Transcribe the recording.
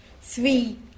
three